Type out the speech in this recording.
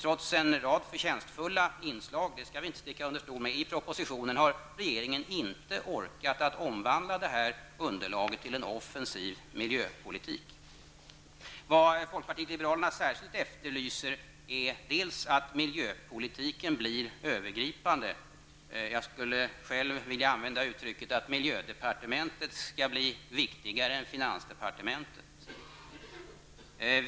Trots en rad förtjänstfulla inslag i propositionen -- det skall vi inte sticka under stol med -- har regeringen inte orkat omvandla detta underlag till en offensiv miljöpolitik. Folkpartiet liberalerna efterlyser särskilt att miljöpolitiken blir övergripande. Jag skulle själv vilja använda uttrycket att miljödepartementet skall bli viktigare än finansdepartementet.